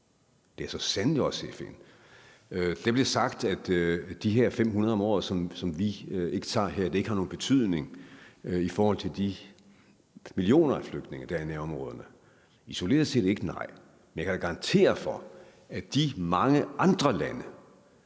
det er så sandelig også FN. Der blev sagt, at de 500 om året, som vi ikke tager her, ikke har nogen betydning i forhold til de millioner af flygtninge, der er i nærområderne. Isoleret set: nej. Men jeg kan da garantere for, at den indsats,